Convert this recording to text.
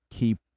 Keep